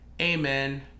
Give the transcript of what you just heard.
Amen